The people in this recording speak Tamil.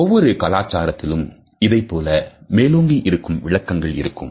ஒவ்வொரு கலாச்சாரத்திலும் இதைப்போல மேலோங்கி இருக்கும் விளக்கங்கள் இருக்கும்